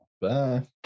Bye